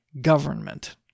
government